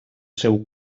seu